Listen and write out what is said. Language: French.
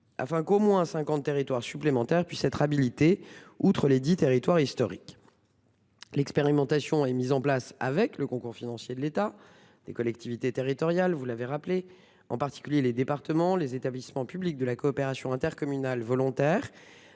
afin qu'au moins cinquante territoires supplémentaires puissent être habilités, en plus des dix territoires historiques. L'expérimentation est mise en place avec le concours financier de l'État, des collectivités territoriales- en particulier les départements -, des établissements publics de coopération intercommunale volontaires,